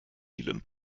elan